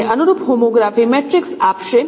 તમને અનુરૂપ homography matrix આપશે